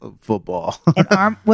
football